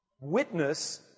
witness